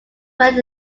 when